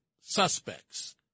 suspects